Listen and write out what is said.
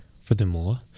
furthermore